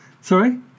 Sorry